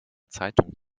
zeitung